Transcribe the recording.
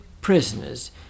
prisoners